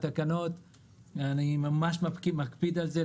אני ממש מקפיד על זה,